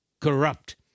corrupt